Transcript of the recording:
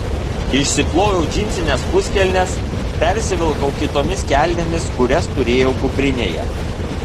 išsiploviau džinsines puskelnes persivilkau kitomis kelnėmis kurias turėjau kuprinėje